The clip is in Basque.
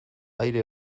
aire